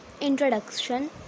Introduction